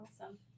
awesome